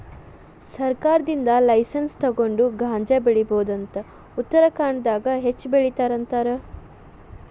ಸರ್ಕಾರದಿಂದ ಲೈಸನ್ಸ್ ತುಗೊಂಡ ಗಾಂಜಾ ಬೆಳಿಬಹುದ ಅಂತ ಉತ್ತರಖಾಂಡದಾಗ ಹೆಚ್ಚ ಬೆಲಿತಾರ ಅಂತಾರ